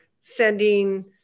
sending